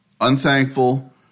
unthankful